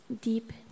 deep